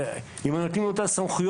אם היו נותנים יותר סמכויות,